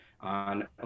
on